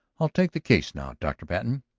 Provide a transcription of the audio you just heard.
i'll take the case now, dr. patten.